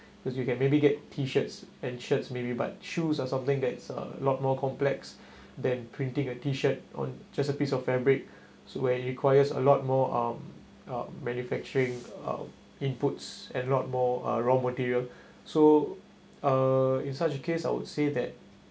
cause you can maybe get T-shirts and shirts maybe but shoes are something that's a lot more complex than printing a T-shirt on just a piece of fabric where it requires a lot more um manufacturing um inputs and lot more uh raw material so uh in such case I would say that